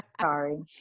Sorry